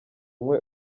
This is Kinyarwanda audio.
umwe